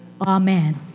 Amen